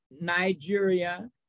Nigeria